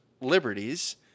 liberties